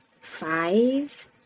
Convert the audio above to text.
five